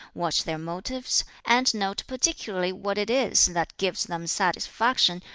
watch their motives, and note particularly what it is that gives them satisfaction,